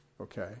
Okay